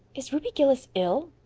is ruby gillis ill?